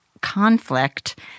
conflict